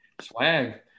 Swag